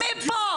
מפה.